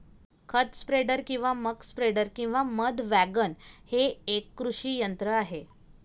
खत स्प्रेडर किंवा मक स्प्रेडर किंवा मध वॅगन हे एक कृषी यंत्र आहे